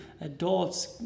adults